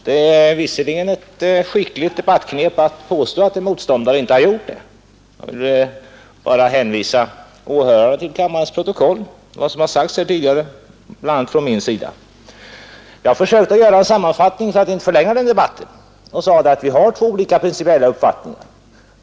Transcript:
Det är visserligen ett skickligt debattknep att påstå att en motståndare inte uppträder seriöst, men jag vill bara hänvisa åhörarna till kammarens protokoll. Där återfinns vad som har sagts här tidigare, bl.a. av mig. Jag har försökt göra en sammanfattning för att inte förlänga den här debatten, och jag har då sagt att vi har två olika principiella uppfattningar.